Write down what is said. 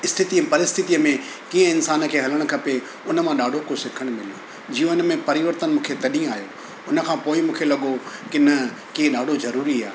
स्थिति परिस्थितीअ में कीअं इंसान खे हलणु खपे उन मां ॾाढो कुझु सिखणु मिलियो जीवन में परिवर्तन मूंखे तॾहिं आहियो उनखां पोइ मूंखे लॻो की न की इहे ॾाढो ज़रूरी आहे